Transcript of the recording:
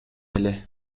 эле